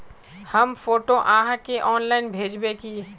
हम फोटो आहाँ के ऑनलाइन भेजबे की?